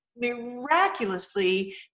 miraculously